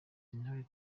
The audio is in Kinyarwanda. intore